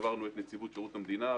עברנו את נציבות שירות המדינה,